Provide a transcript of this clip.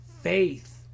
faith